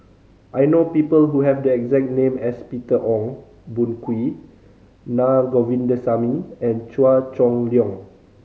I know people who have the exact name as Peter Ong Boon Kwee Na Govindasamy and Chua Chong Long